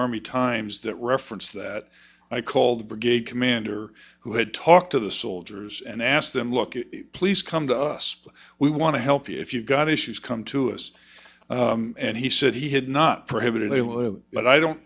army times that reference that i called the brigade commander who had talked to the soldiers and asked them look please come to us we want to help you if you've got issues come to us and he said he had not prohibited but i don't